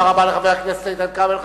תודה רבה לחבר הכנסת איתן כבל.